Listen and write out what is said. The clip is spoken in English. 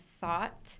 thought